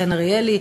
חן אריאלי,